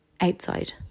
outside